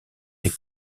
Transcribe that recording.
des